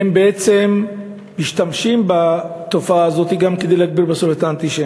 הם בעצם משתמשים בתופעה הזאת גם כדי להגביר את האנטישמיות,